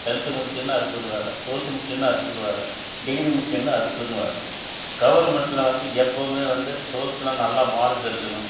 tenth முடிச்சுருந்தா அதுக்கு ஒரு வேலை ட்வெல்த்து முடிச்சுருந்தா அதுக்கு ஒரு வேலை டிகிரி முடிச்சுருந்தா அதுக்குன்னு வேலை கவர்மெண்டில் வந்து எப்போவுமே வந்து ட்வெல்த்துலாம் நல்லா மார்க் எடுக்கணும்